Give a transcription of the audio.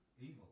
Evil